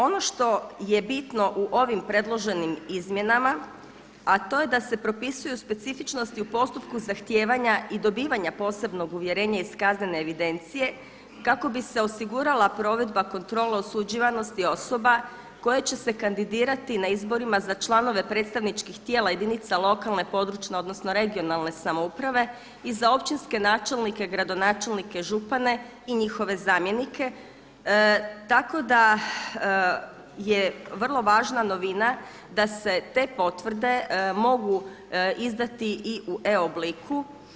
Ono što je bitno u ovim predloženim izmjenama, a to je da se propisuju specifičnosti u postupku zahtijevanja i dobivanja posebnog uvjerenja iz kaznene evidencije kako bi se osigurala provedba kontrole osuđivanosti osoba koje će se kandidirati na izborima za članove predstavničkih tijela jedinice lokalne (regionalne) i područne samouprave i za općinske načelnike, gradonačelnike, župane i njihove zamjenike tako da je vrlo važna novina da se te potvrde mogu izdati i u e obliku.